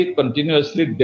continuously